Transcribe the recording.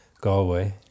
Galway